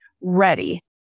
ready